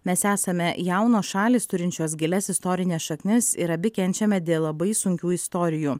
mes esame jaunos šalys turinčios gilias istorines šaknis ir abi kenčiame dėl labai sunkių istorijų